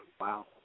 Wow